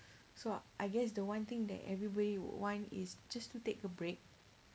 so I guess the one thing that everybody would want is just to take a break